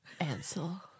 Ansel